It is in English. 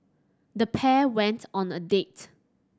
the pair went on a date